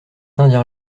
indien